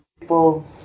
people